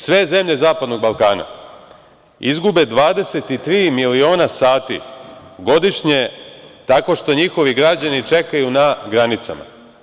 Sve zemlje Zapadnog Balkana izgube 23 miliona sati godišnje tako što njihovi građani čekaju na granicama.